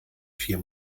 vier